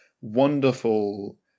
wonderful